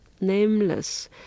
nameless